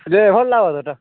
ଯେ ଭଲ୍ ଲାଗ୍ବ ସେଇଟା